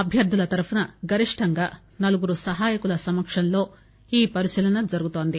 అభ్యర్థుల తరపున గరిష్టంగా నలుగురు సహాయకుల సమక్షంలో ఈ పరిశీలన జరుగుతోంది